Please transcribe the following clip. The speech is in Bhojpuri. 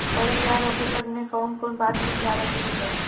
पौधा तैयार होखे तक मे कउन कउन बात के ख्याल रखे के चाही?